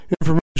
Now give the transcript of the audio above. information